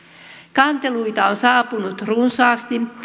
kanteluita on saapunut runsaasti